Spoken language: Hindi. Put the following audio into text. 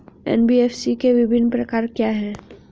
एन.बी.एफ.सी के विभिन्न प्रकार क्या हैं?